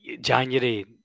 January